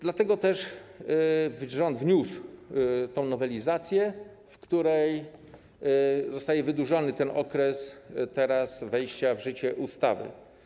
Dlatego też rząd wniósł tę nowelizację, w której zostaje wydłużony okres wejścia w życie ustawy.